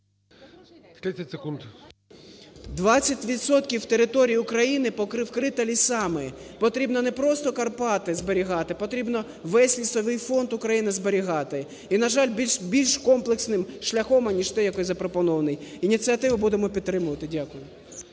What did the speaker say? території України вкрита лісами, потрібно не просто Карпати зберігати, потрібно весь лісовий фонд України зберігати. І, на жаль, більш комплексним шляхом, аніж той, який запропонований. Ініціативу будемо підтримувати. Дякую.